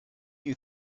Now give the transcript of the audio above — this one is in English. you